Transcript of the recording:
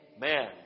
Man